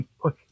Push